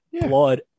blood